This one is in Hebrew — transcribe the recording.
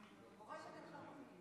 מורשת אלחרומי.